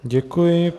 Děkuji.